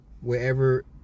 wherever